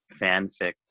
fanfic